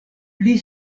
pli